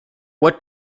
what